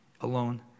alone